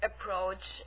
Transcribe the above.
Approach